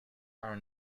are